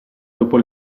dopo